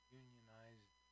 unionized